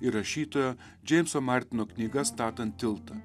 ir rašytojo džeimso martino knyga statant tiltą